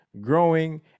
growing